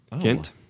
Kent